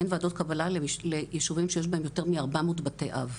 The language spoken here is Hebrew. אין וועדת קבלה בישובים שיש בהם יותר מ-400 בתי אב.